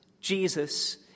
Jesus